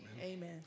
Amen